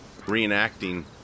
reenacting